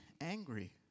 angry